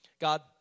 God